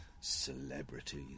celebrities